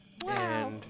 Wow